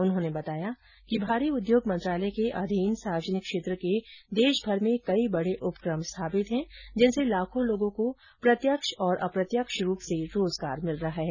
उन्होंने बताया कि भारी उद्योग मंत्रालय के अधीन सार्वजनिक क्षेत्र के देशभर में कई बड़े उपकम स्थापित हैं जिनसे लाखों लोगों को प्रत्यक्ष और अप्रत्यक्ष रूप से रोजगार मिल रहा है